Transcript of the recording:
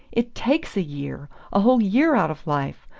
it takes a year a whole year out of life!